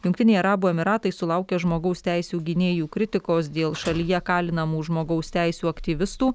jungtiniai arabų emyratai sulaukė žmogaus teisių gynėjų kritikos dėl šalyje kalinamų žmogaus teisių aktyvistų